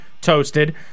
toasted